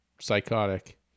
psychotic